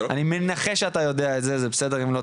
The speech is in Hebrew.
אני מנחש שאתה יודע את זה וזה בסדר גם אם לא,